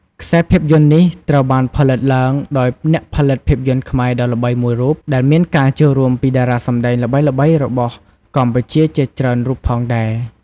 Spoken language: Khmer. ខ្សែភាពយន្តនេះត្រូវបានផលិតឡើងដោយអ្នកផលិតភាពយន្តខ្មែរដ៏ល្បីមួយរូប ដែលមានការចូលរួមពីតារាសម្តែងល្បីៗរបស់កម្ពុជាជាច្រើនរូបផងដែរ ។